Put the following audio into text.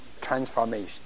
transformation